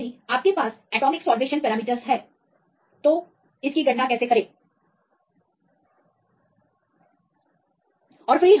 तो अब यदि आपके पास यह एटॉमिक साल्वेशन पैरामीटरसहैं तो इन नंबरों को कैसे प्राप्त करें